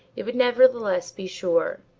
it would nevertheless be sure.